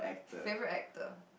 favourite actor